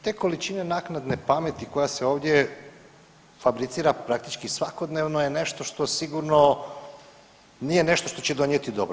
Te količine naknade pameti koja se ovdje fabricira praktički svakodnevno je nešto što sigurno nije nešto što će donijeti dobro.